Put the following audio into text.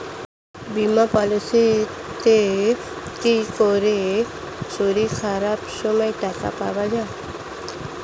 বীমা পলিসিতে কি করে শরীর খারাপ সময় টাকা পাওয়া যায়?